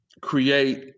create